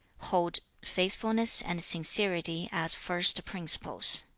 hold faithfulness and sincerity as first principles.